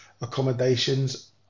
accommodations